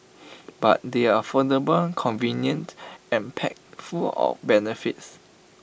but they are affordable convenient and packed full of benefits